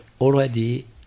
already